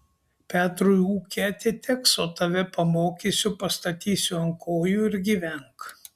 petrui ūkė atiteks o tave pamokysiu pastatysiu ant kojų ir gyvenk